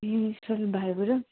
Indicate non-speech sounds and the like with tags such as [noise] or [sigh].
ए [unintelligible]